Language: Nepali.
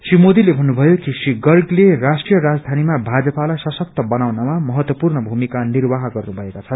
श्री मोदीले भन्नुभयो कि श्री गर्गते राष्ट्रिय राजधानीमा भाजपालाई सशक्त बनाउनमा महत्वपूर्ण भूमिका निर्वाह गर्नुभएका छन्